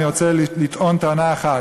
אני רוצה לטעון טענה אחת.